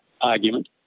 argument